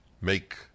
make